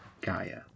Gaia